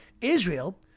Israel